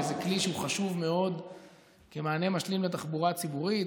וזה כלי שהוא חשוב מאוד כמענה משלים לתחבורה הציבורית,